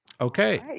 Okay